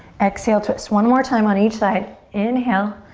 exhale twist. one more time on each side. inhale,